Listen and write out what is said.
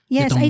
Yes